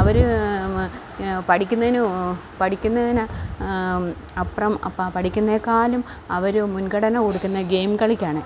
അവർ പഠിക്കുന്നതിന് പഠിക്കുന്നതിന് അപ്പുറം പഠിക്കുന്നതിനേക്കാളും അവർ മുൻഗണാന കൊടുക്കുന്നത് ഗെയിം കളിക്കാണ്